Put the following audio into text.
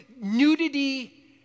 Nudity